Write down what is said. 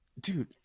Dude